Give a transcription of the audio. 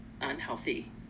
unhealthy